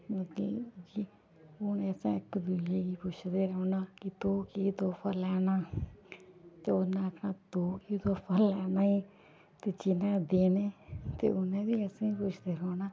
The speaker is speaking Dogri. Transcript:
ते मतलब कि उ'नें असें इक दुए गी पुछदे रौह्ना कि तूं केह् तोह्फा लैना ते उ'न्नै आखनां तूं केह् तोह्फा लैना ऐ ते जिनें देने ते उ'नें बी असें गी पुच्छदे रौह्ना